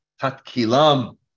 Tatkilam